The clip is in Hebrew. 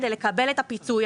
כדי לקבל את הפיצוי,